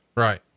Right